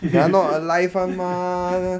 that one not alive [one] mah